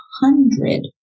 hundred